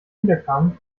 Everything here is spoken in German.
wiederkamen